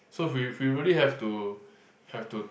so we we really have to have to